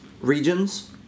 regions